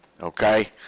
Okay